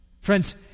Friends